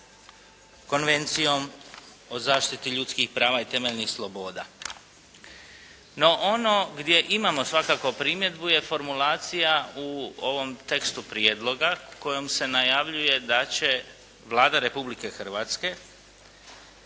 Konvencijom o zaštiti ljudskih prava i temeljnih sloboda. No ono gdje imamo svakako primjedbu je formulacija u ovom tekstu prijedloga kojom se najavljuje da će Vlada Republike Hrvatske